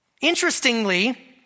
Interestingly